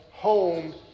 Home